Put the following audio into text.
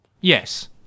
yes